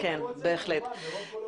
כמובן חברי המועצה, ברוב קולות.